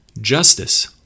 justice